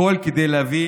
הכול כדי להביא